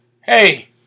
hey